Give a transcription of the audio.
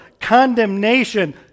condemnation